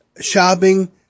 shopping